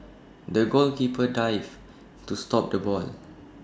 the goalkeeper dived to stop the ball